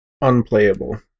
unplayable